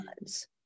lives